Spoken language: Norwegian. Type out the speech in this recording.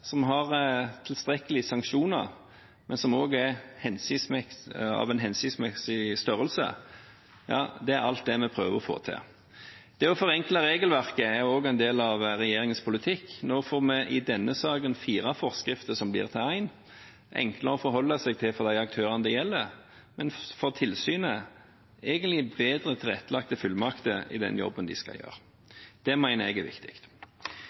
som har tilstrekkelig med sanksjonsmuligheter, men som også er av en hensiktsmessig størrelse, er alt det vi prøver å få til. Det å forenkle regelverket er også en del av regjeringens politikk. Nå får vi i denne saken fire forskrifter som blir til én. Det er enklere å forholde seg til for de aktørene det gjelder, og for tilsynet er det egentlig bedre tilrettelagte fullmakter i jobben de skal gjøre. Det mener jeg er viktig.